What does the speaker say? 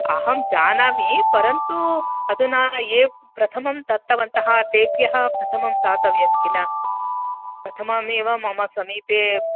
अहं जानामि परन्तु अधुना ये प्रथमं दत्तवन्तः तेभ्यः प्रथमं दातव्यं किल प्रथमम् एव मम समीपे